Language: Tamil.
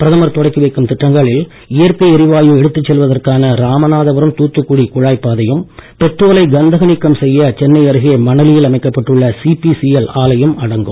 பிரதமர் தொடக்கி வைக்கும் திட்டங்களில் இயற்கை எரிவாயு எடுத்துச் செல்வதற்கான ராமநாதபுரம் தூத்துக்குடி குழாய்ப் பாதையும் பெட்ரோலை கந்தக நீக்கம் செய்ய சென்னை அருகே மணலியில் அமைக்கப்பட்டுள்ள சிபிசிஎல் ஆலையும் அடங்கும்